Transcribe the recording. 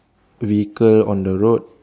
vehicle on the road